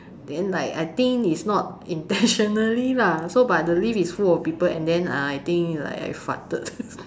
then like I think it's not intentionally lah so but the lift is full of people and then uh I think like I farted